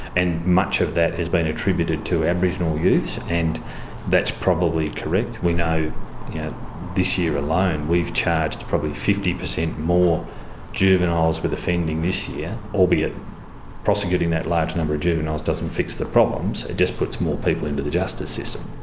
and much of that has been attributed to aboriginal youths, and that's probably correct. we know this year alone we've charged probably fifty percent more juveniles with offending this year, albeit prosecuting that large number of juveniles doesn't fix the problems, it just puts more people into the justice system.